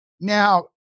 now